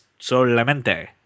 solamente